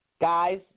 Guys